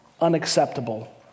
unacceptable